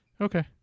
okay